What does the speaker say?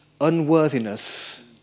unworthiness